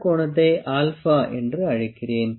நான் இந்த கோணத்தை α என்று அழைக்கிறேன்